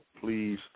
please